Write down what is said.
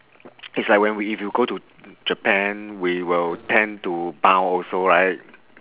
it's like when we if you go to japan we will tend to bow also right